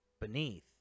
Beneath